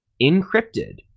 encrypted